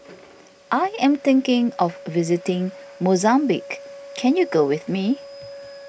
I am thinking of visiting Mozambique can you go with me